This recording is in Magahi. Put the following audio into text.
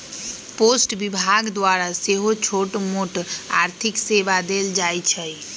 पोस्ट विभाग द्वारा सेहो छोटमोट आर्थिक सेवा देल जाइ छइ